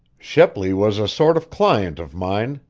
shepley was a sort of client of mine,